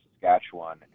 Saskatchewan